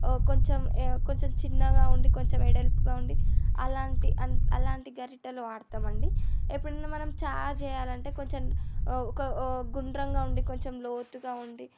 కొంచెం చిన్నగా ఉండి కొంచెం వెడల్పుగా ఉండి అలాంటి అన్ అలాంటి గరిటలు వాడతామండి ఎప్పుడైనా మనం చారు చెయ్యాలంటే కొంచెం ఒక గుండ్రంగా ఉండి కొంచెం లోతుగా ఉండి